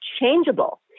changeable